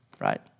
right